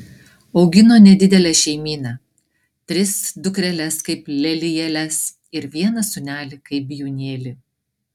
augino nedidelę šeimyną tris dukreles kaip lelijėles ir vieną sūnelį kaip bijūnėlį